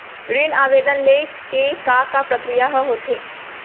ऋण आवेदन ले के का का प्रक्रिया ह होथे?